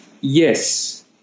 Yes